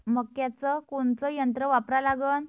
मक्याचं कोनचं यंत्र वापरा लागन?